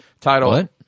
title